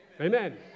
Amen